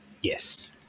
Yes